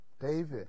David